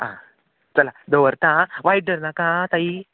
आं चला दवरता आं वायट धर नाका आं ताई